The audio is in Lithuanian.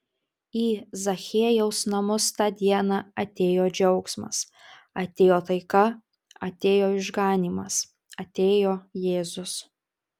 į zachiejaus namus tą dieną atėjo džiaugsmas atėjo taika atėjo išganymas atėjo jėzus